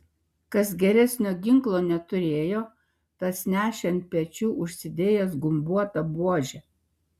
kas geresnio ginklo neturėjo tas nešė ant pečių užsidėjęs gumbuotą buožę